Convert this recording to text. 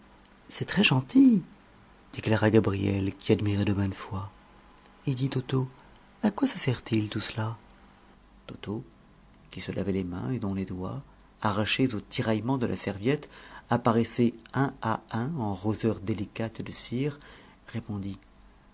c'est très gentil déclara gabrielle qui admirait de bonne foi et dis toto à quoi ça sert-il tout cela toto qui se lavait les mains et dont les doigts arrachés aux tiraillements de la serviette apparaissaient un à un en roseurs délicates de cire répondit